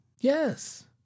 Yes